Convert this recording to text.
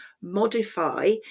modify